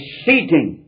seating